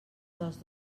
dels